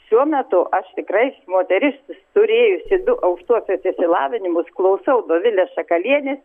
šiuo metu aš tikrai moteris turėjusi du aukštuosius išsilavinimus klausau dovilės šakalienės